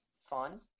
fun